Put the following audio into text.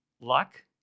Luck